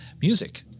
music